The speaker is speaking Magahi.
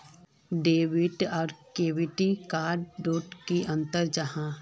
डेबिट आर क्रेडिट कार्ड डोट की अंतर जाहा?